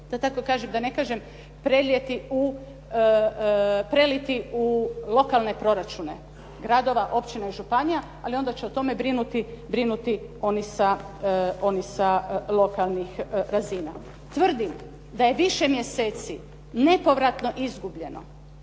prenijeti, da ne kažem preliti u lokalne proračune gradova, općina i županija, ali onda će o tome brinuti oni sa lokalnih razina. Tvrdim da je više mjeseci nepovratno izgubljeno